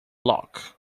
lock